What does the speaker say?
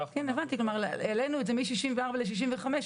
העלינו את זה מ-64 ל-65,